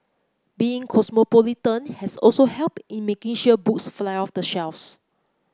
being cosmopolitan has also helped in making sure books fly off the shelves